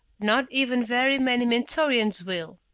not even very many mentorians will.